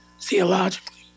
theologically